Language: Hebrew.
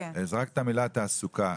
זרקת את המילה "תעסוקה".